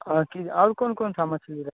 और किज और कौन कौन सा मछली